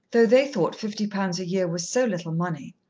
though they thought fifty pounds a year was so little money.